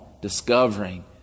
discovering